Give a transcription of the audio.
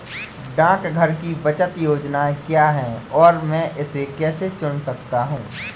डाकघर की बचत योजनाएँ क्या हैं और मैं इसे कैसे चुन सकता हूँ?